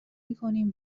میکنیم